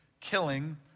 killing